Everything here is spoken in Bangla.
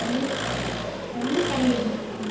আমি আমিও বাড়িয়ে দিচ্ছি